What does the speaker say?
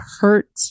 hurt